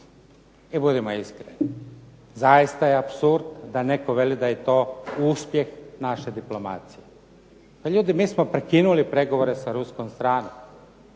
I budimo iskreni, zaista je apsurd da netko veli da je to uspjeh naše diplomacije. Pa ljudi mi smo prekinuli pregovore sa ruskom stranom,